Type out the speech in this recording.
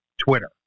Twitter